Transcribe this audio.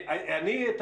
אני את